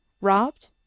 Robbed